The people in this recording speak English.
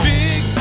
big